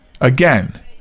again